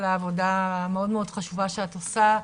על העבודה המאוד מאוד חשובה שאת עושה,